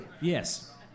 Yes